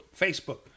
Facebook